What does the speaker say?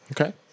Okay